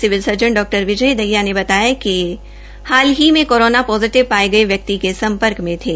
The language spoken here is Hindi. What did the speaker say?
civil surgeon Dr Vijay Dahiya ने बताया कि ये हाल की में कोरोना पोजिटिव पाये गये व्यक्ति के सम्पर्क में थे